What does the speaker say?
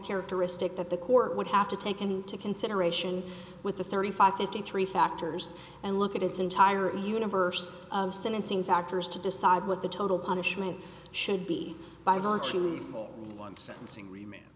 characteristic that the court would have to taken into consideration with the thirty five fifty three factors and look at its entire universe of sentencing factors to decide what the total punishment should be by virtually all one sentencing rema